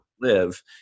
live